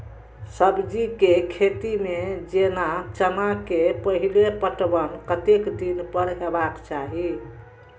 सब्जी के खेती में जेना चना के पहिले पटवन कतेक दिन पर हेबाक चाही?